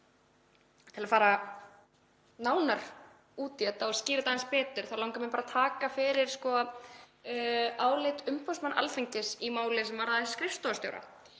Til að fara nánar út í þetta og skýra aðeins betur langar mig að taka fyrir álit umboðsmanns Alþingis í máli sem varðaði skrifstofustjóra.